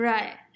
Right